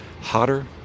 hotter